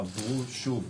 עברו שוב,